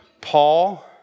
Paul